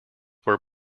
were